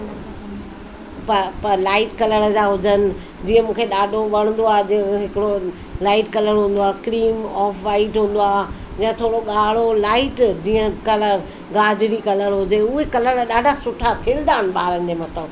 light colour जा हुजनि जीअं मूंखे ॾाढो वणंदो आहे जो हिकिड़ो लाइट कलर हूंदो आहे क्रीम ऑफ वाइट हूंदो आहे यां थोरो ॻाढ़ो लाइट जीअं मतिलबु गाजरी कलर हुजे उहे कलर ॾाढा खिलंदा आहिनि ॿारनि जे मथां